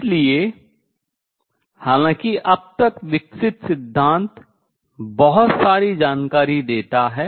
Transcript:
इसलिए हालांकि अब तक विकसित सिद्धांत बहुत सारी जानकारी देता है